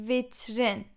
Vitrin